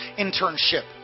internship